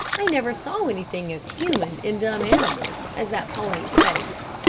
i never saw anything as human in dumb animals as that pony's face.